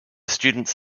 students